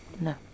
No